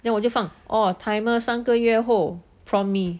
then 我就放 oh timer 三个月后 prawn mee